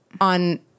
on